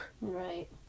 Right